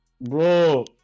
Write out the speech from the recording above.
bro